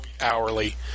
hourly